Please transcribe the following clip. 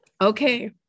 Okay